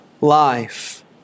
life